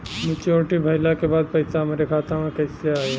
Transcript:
Maturity भईला के बाद पईसा हमरे खाता में कइसे आई?